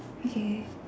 okay